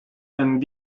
and